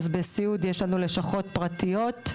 אז בסיעוד יש לנו לשכות פרטיות,